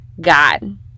God